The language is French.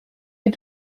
est